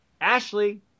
Ashley